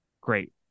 Great